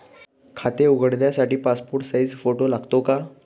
खाते उघडण्यासाठी passport size photo लागतो का?